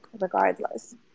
regardless